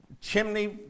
chimney